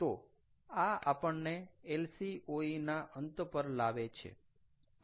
તો આ આપણને LCOE ના અંત પર લાવે છે